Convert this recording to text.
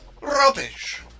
Rubbish